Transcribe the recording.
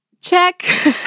check